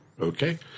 Okay